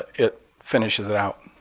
it finishes it out,